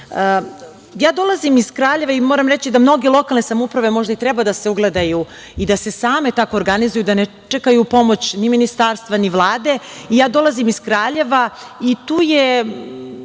dolazim iz Kraljeva i moram reći da mnoge lokalne samouprave, možda i treba da se ugledaju i da se same tako organizuju, da ne čekaju pomoć ni ministarstva ni Vlade. Ja dolazim iz Kraljeva, ta se